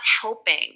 helping